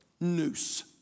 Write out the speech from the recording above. Noose